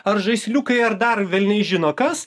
ar žaisliukai ar dar velniai žino kas